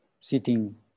sitting